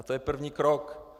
A to je první krok.